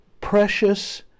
precious